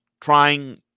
trying